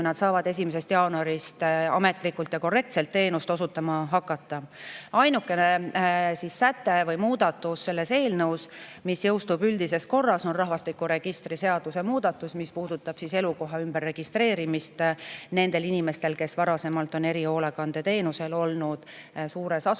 nad saavad 1. jaanuarist ametlikult ja korrektselt teenust osutama hakata. Selle eelnõu ainukene säte või muudatus, mis jõustub üldises korras, on rahvastikuregistri seaduse muudatus, mis puudutab elukoha ümberregistreerimist nendel inimestel, kes varasemalt on olnud erihoolekandeteenusel suures asutuses.